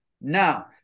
now